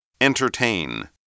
Entertain